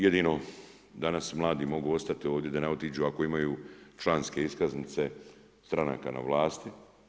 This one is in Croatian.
Jedino danas mladi mogu ostati da ne otiđu ako imaju članske iskaznice stranaka na vlasti.